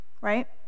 right